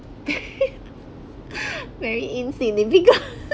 very insignificant